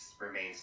remains